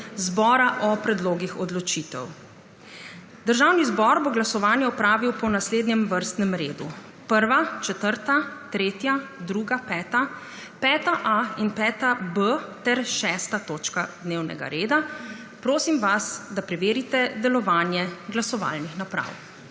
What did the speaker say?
zbora o predlogih odločitev. Državni zbor bo glasovanje opravil po naslednjem vrstnem redu: 1., 4., 3., 2., 5., 5a. in 5b. ter 6. točka dnevnega reda. Prosim vas, da preverite delovanje glasovalnih naprav.